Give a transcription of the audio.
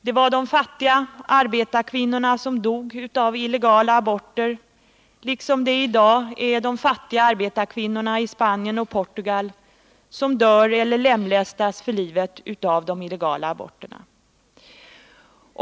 Det var de fattiga arbetarkvinnorna som dog av illegala aborter liksom det i dag är de fattiga arbetarkvinnorna i Spanien och Portugal som dör eller lemlästas för livet av illegala aborter.